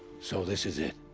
so this is it.